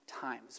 times